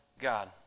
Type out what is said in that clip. God